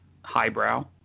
highbrow